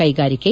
ಕೈಗಾರಿಕೆ